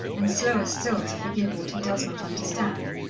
and slower still to forgive what he does not understand,